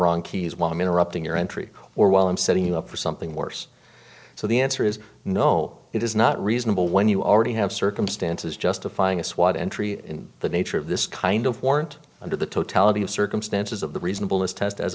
wrong keys while i'm interrupting your entry or while i'm setting you up for something worse so the answer is no it is not reasonable when you already have circumstances justifying a swat entry in the nature of this kind of warrant under the totality of circumstances of the reasonableness test as